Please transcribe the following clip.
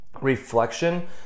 reflection